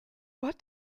what